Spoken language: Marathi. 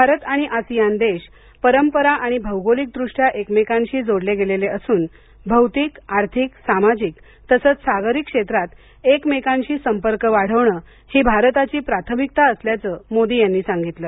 भारत आणि आसिआन देश परंपरा आणि भौगोलिक दृष्ट्या एकमेकांशी जोडले गेलेले असून भौतिक आर्थिक सामाजिक तसंच सागरी क्षेत्रात एकमेकांशी संपर्क वाढवणं ही भारताची प्राथमिकता असल्याचं मोदी यांनी सांगितलं